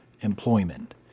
employment